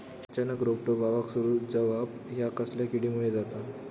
अचानक रोपटे बावाक सुरू जवाप हया कसल्या किडीमुळे जाता?